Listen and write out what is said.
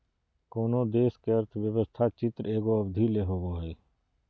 कोनो देश के अर्थव्यवस्था चित्र एगो अवधि ले होवो हइ